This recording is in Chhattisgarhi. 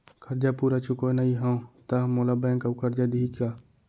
करजा पूरा चुकोय नई हव त मोला बैंक अऊ करजा दिही का?